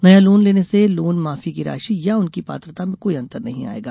नया लोन लेने से लोन माफी की राशि या उनकी पात्रता में कोई अंतर नहीं आयेगा